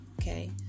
Okay